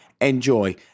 enjoy